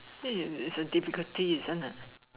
it it it's a difficulty isn't it